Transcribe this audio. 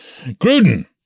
Gruden